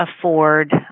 afford